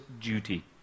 duty